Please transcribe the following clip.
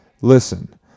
Listen